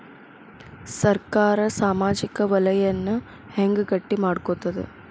ಸರ್ಕಾರಾ ಸಾಮಾಜಿಕ ವಲಯನ್ನ ಹೆಂಗ್ ಗಟ್ಟಿ ಮಾಡ್ಕೋತದ?